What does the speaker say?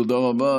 תודה רבה.